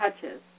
touches